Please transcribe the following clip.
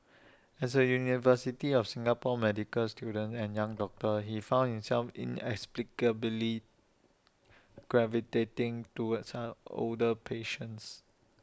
as A university of Singapore medical student and young doctor he found himself inexplicably gravitating towards older patients